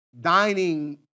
dining